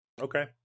okay